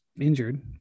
injured